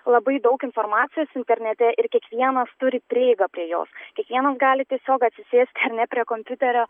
labai daug informacijos internete ir kiekvienas turi prieigą prie jos kiekvienas gali tiesiog atsisėsti ar ne prie kompiuterio